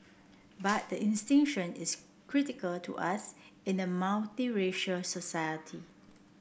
but the distinction is critical to us in a multiracial society